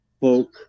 folk